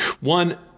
One